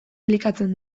elikatzen